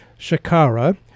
Shakara